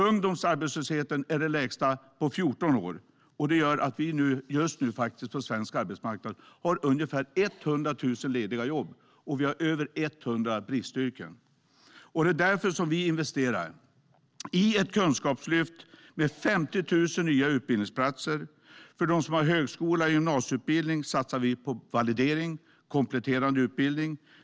Ungdomsarbetslösheten är den lägsta på 14 år. Det gör att vi just nu på svensk arbetsmarknad har ungefär 100 000 lediga jobb, och vi har över 100 bristyrken. Det är därför som vi investerar i ett kunskapslyft med 50 000 nya utbildningsplatser. För dem som har högskola och gymnasieutbildning satsar vi på validering och kompletterande utbildning.